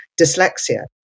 dyslexia